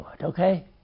Okay